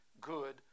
good